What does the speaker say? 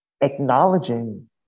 acknowledging